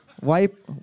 Wipe